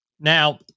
Now